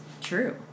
true